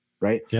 right